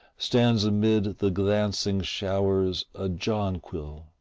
stands amid the glancing showers a jonquil,